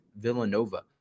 Villanova